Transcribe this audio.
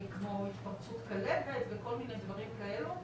כמו התפרצות כלבת וכל מיני דברים כאלה,